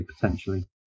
potentially